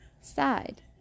side